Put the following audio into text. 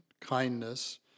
kindness